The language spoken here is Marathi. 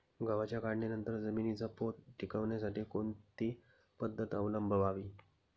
गव्हाच्या काढणीनंतर जमिनीचा पोत टिकवण्यासाठी कोणती पद्धत अवलंबवावी?